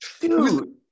Dude